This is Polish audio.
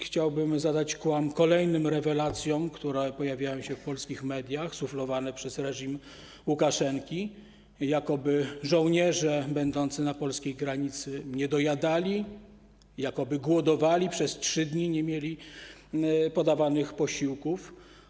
Chciałbym zadać kłam kolejnym rewelacjom, które pojawiają się w polskich mediach, suflowane przez reżim Łukaszenki, jakoby żołnierze będący na polskiej granicy nie dojadali, głodowali, przez 3 dni nie mieli podawanych posiłków.